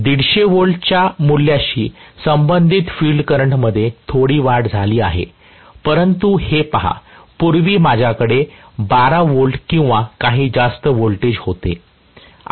150 V च्या या मूल्याशी संबंधित फील्ड करंटमध्ये थोडी वाढ झाली आहे परंतु हे पहा पूर्वी माझ्याकडे 12 V किंवा काही जास्त व्होल्टेज होते